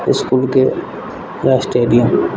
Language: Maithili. इसकुलके या स्टेडियम